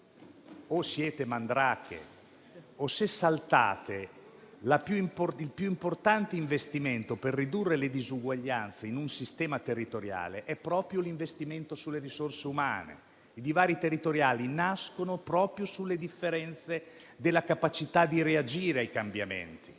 o siete Mandrake oppure non si può saltare il più importante investimento per ridurre le disuguaglianze in un sistema territoriale, ossia l'investimento sulle risorse umane. I divari territoriali nascono proprio dalle differenze di capacità di reagire ai cambiamenti.